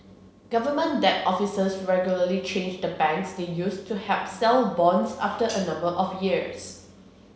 government debt officers regularly change the banks they use to help sell bonds after a number of years